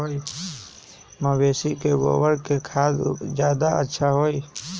मवेसी के गोबर के खाद ज्यादा अच्छा होई?